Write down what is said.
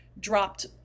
dropped